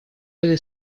этой